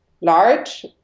large